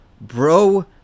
bro